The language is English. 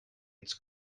its